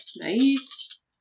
Nice